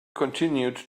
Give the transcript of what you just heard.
continued